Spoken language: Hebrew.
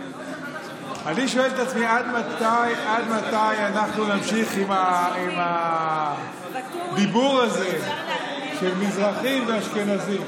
שואל את עצמי עד מתי אנחנו נמשיך עם הדיבור הזה של מזרחים ואשכנזים.